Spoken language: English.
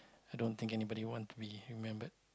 i don't think anybody want to be remembered